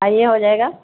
آئیے ہو جائے گا